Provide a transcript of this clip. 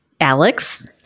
Alex